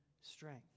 strength